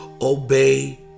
obey